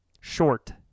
Short